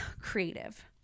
creative